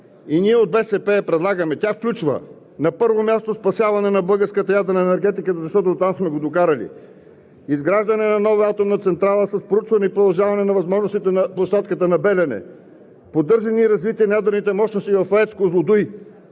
и ние от БСП я предлагаме. Тя включва: На първо място, спасяване на българската ядрена енергетика, защото до там сме го докарали; изграждане на нова атомна централа с проучване и продължаване на възможностите на площадката на „Белене“; поддържане и развитие на ядрените мощности в АЕЦ „Козлодуй“.